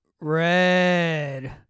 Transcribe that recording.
Red